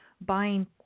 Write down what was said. buying